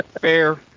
Fair